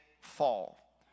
fall